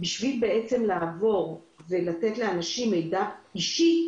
כדי לעבור ולתת לאנשים מידע אישי,